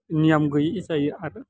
नियम गोयै जायो आरो